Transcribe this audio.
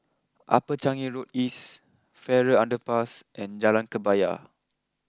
Upper Changi Road East Farrer Underpass and Jalan Kebaya